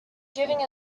giving